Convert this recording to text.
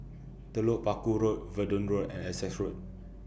Telok Paku Road Verdun Road and Essex Road